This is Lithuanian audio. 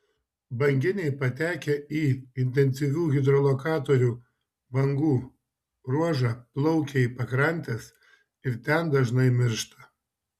banginiai patekę į intensyvių hidrolokatorių bangų ruožą plaukia į pakrantes ir ten dažnai miršta